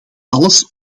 alles